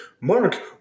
Mark